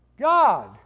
God